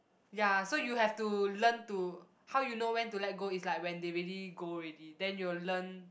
ya so you have to learn to how you know when to let go is like when they really go already then you will learn